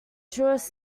truest